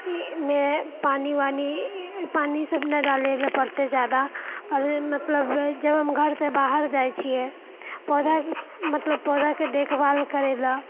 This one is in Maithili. इ मे पानि वानि पानि सभ नहि डालए लऽ पड़तै जादा आओर मतलब जब हम घरसँ बाहर जाइत छिऐ पौधा मतलब पौधाके देखभाल करए लए